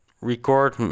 record